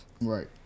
Right